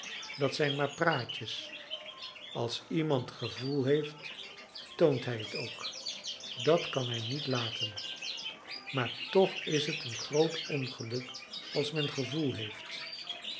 dat zijn maar praatjes als iemand gevoel heeft toont hij het ook dat kan hij niet laten maar toch is het een groot ongeluk als men gevoel heeft